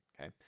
okay